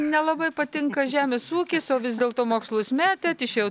nelabai patinka žemės ūkis o vis dėlto mokslus metėt išėjot